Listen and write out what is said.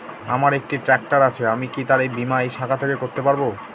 আমার একটি ট্র্যাক্টর আছে আমি কি তার বীমা এই শাখা থেকে করতে পারব?